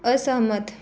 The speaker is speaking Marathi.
असहमत